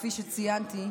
כפי שציינתי,